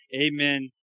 amen